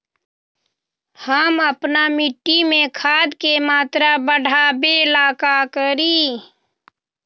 हम अपना मिट्टी में खाद के मात्रा बढ़ा वे ला का करी?